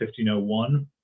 1501